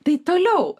tai toliau